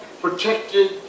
protected